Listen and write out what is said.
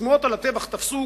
השמועות על הטבח תפסו